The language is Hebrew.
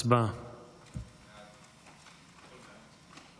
הצעת חוק העונשין (תיקון, החמרת